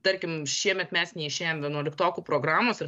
tarkim šiemet mes neišėjom vienuoliktokų programos ir